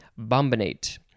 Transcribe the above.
Bombinate